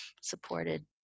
supported